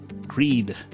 greed